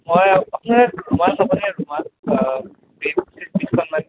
মই আপোনাৰ ৰুমাল হ'বনে ৰুমাল বেডচিট বিছখন মান